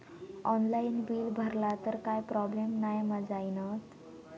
Online bill भरला तर काय प्रोब्लेम नाय मा जाईनत?